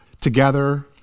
together